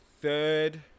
third